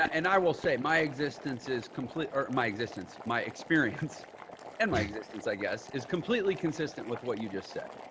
and i will say my existence is complete or my existence, my experience and my existence, i guess, is completely consistent with what you just said.